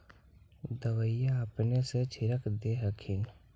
दबइया अपने से छीरक दे हखिन?